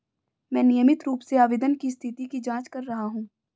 मैं नियमित रूप से आवेदन की स्थिति की जाँच कर रहा हूँ